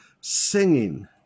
singing